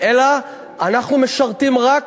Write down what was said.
אלא אנחנו משרתים רק